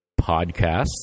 Podcasts